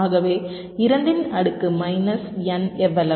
ஆகவே2 இன் அடுக்கு minus n எவ்வளவு